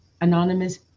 Anonymous